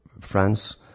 France